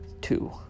two